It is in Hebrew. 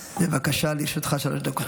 בבקשה, לרשותך שלוש דקות.